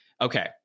Okay